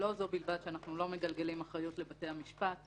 לא זו בלבד שאנחנו לא מגלגלים אחריות לבתי המשפט,